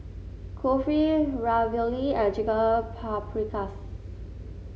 Kulfi Ravioli and Chicken Paprikas